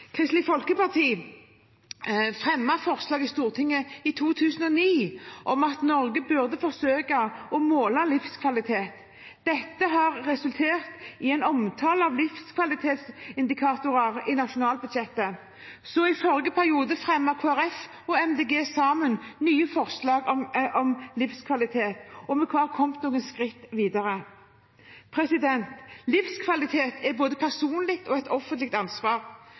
Kristelig Folkeparti fremmet forslag i Stortinget i 2009 om at Norge burde forsøke å måle livskvalitet. Dette har resultert i en omtale av livskvalitetsindikatorer i nasjonalbudsjettet. I forrige periode fremmet Kristelig Folkeparti og Miljøpartiet De Grønne sammen nye forslag om livskvalitet, og vi har kommet noen skritt videre. Livskvalitet er både et personlig og offentlig ansvar.